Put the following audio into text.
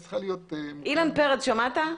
אילן פרץ, שמעת?